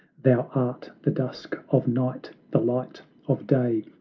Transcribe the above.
thou art the dusk of night, the light of day,